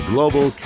Global